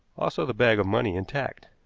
also the bag of money intact.